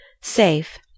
safe